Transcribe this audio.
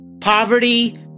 Poverty